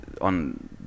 on